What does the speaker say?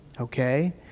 Okay